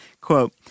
Quote